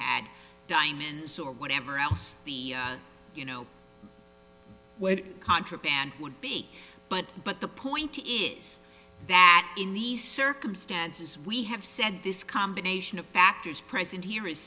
had diamonds or whatever else you know contraband would be but but the point is that in these circumstances we have said this combination of factors present here is